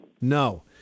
No